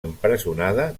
empresonada